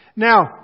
Now